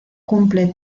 cumple